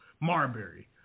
Marbury